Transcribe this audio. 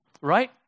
right